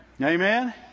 Amen